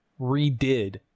redid